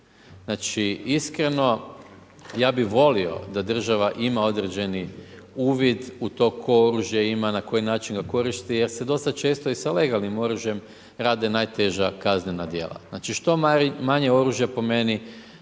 Znači, iskreno, ja bi volio da država ima određeni uvid u to tko oružje ima, na koji način ga koristi, jer se dosta često i sa legalnim oružjem rade najteža kaznena dijela. Znači što manje oružja, po meni,